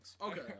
Okay